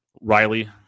Riley